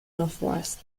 northwest